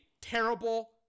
terrible